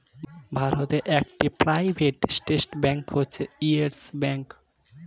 ভারতে একটি private sector bank হচ্ছে ইয়েস ব্যাঙ্ক